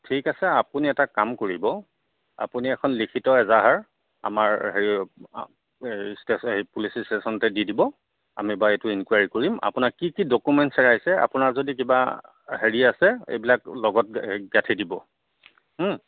ঠিক আছে আপুনি এটা কাম কৰিব আপুনি এখন লিখিত এজাহাৰ আমাৰ হেৰি পুলিচ ষ্টেচনতে দি দিব আমি বাৰু এইটো ইনকোৱেৰি কৰিম আপোনাৰ কি কি ডকোমেণ্টছ হেৰাইছে আপোনাৰ যদি কিবা হেৰি আছে এইবিলাক লগত এই গাঠি দিব